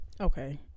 okay